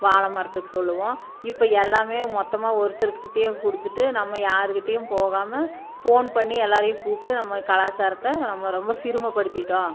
வாழ மரத்துக்கு சொல்வோம் இப்போ எல்லாம் மொத்தமாக ஒருத்தர்க்கிட்டேயே கொடுத்துட்டு நம்ம யாருக்கிட்டேயும் போகாமல் ஃபோன் பண்ணி எல்லோரையும் கூப்பிட்டு நம்ம கலாச்சாரத்தை நம்ம ரொம்ப சிறுமைப்படுத்திட்டோம்